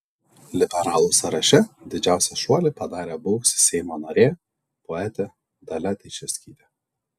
liberalų sąraše didžiausią šuolį padarė buvusi seimo narė poetė dalia teišerskytė